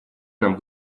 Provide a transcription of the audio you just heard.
нам